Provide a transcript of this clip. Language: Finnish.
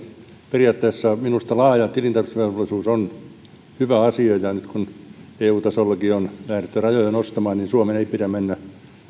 periaatteessa minusta laaja tilintarkastusvelvollisuus on hyvä asia nyt kun eu tasollakin on lähdetty rajoja nostamaan niin suomen ei pidä mennä